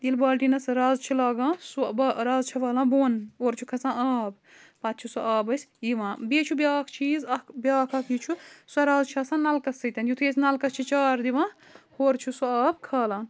ییٚلہِ بالٹیٖنَس رَز چھِ لاگان سُہ با رَز چھِ والان بۄن اورٕ چھُ کھَسان آب پَتہٕ چھِ سُہ آب أسۍ یِوان بیٚیہِ چھُ بیٛاکھ چیٖز اَکھ بیٛاکھ اَکھ یہِ چھُ سۄ رَز چھِ آسان نَلکَس سۭتۍ یُتھُے أسۍ نَلکَس چھِ چار دِوان اورٕ چھِ سُہ آب کھالان